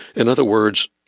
in other words,